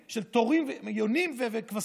פרימיטיבי, של תורים, יונים וכבשים.